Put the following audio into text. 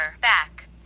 Back